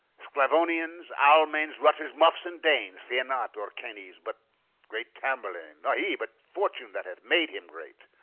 sclavonians, almains, rutters, muffs, and danes, fear not orcanes, but great tamburlaine nor he, but fortune that hath made him great.